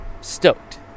stoked